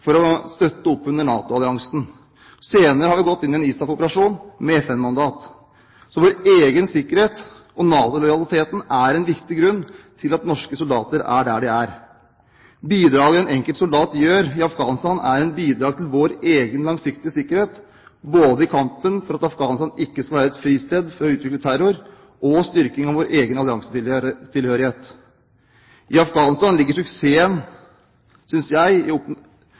for å støtte opp under NATO-alliansen. Senere har vi gått inn i en ISAF-operasjon med FN-mandat. Så vår egen sikkerhet og NATO-lojaliteten er en viktig grunn til at norske soldater er der de er. Bidraget til den enkelte soldat i Afghanistan er et bidrag til vår egen langsiktige sikkerhet, både i kampen for at Afghanistan ikke skal være et fristed for å utvikle terror og for styrking av vår egen alliansetilhørighet. Suksessen med oppdraget i Afghanistan, synes jeg, ligger